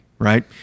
Right